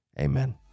Amen